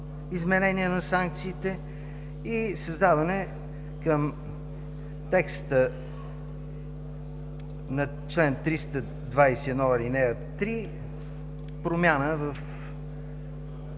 изменение на санкциите и създаване към текста на чл. 321, ал. 3 промяна в